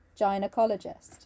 gynecologist